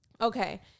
Okay